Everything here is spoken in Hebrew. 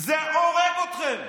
זה הורג אתכם.